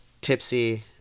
tipsy